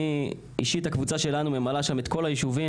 אישית הקבוצה שלנו ממלאה את כל הישובים